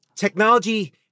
Technology